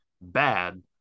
bad